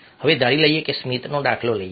હવે ધારી લઈએ કે સ્મિતનો દાખલો લઈએ